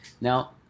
Now